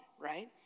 Right